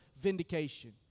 vindication